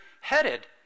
headed